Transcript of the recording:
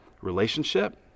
relationship